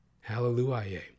Hallelujah